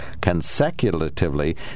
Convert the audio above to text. consecutively